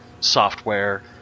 software